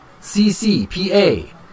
CCPA